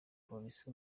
polisi